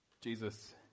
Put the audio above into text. Jesus